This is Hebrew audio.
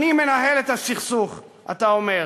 אני מנהל את הסכסוך, אתה אומר,